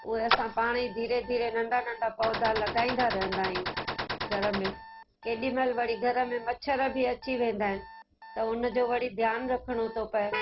उहे असां पाण ई धीरे धीरे नंढा नंढा पौधा लॻाईंदा रहंदा आहियूं घर में केॾीमहिल वरी घर में मछर बि अची वेंदा आहिनि त उन जो वरी ध्यानु रखिणो थो पए